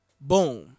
Boom